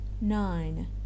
Nine